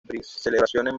celebraciones